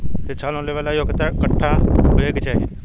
शिक्षा लोन लेवेला योग्यता कट्ठा होए के चाहीं?